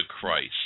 Christ